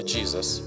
Jesus